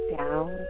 down